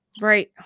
Right